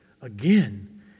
again